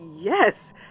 Yes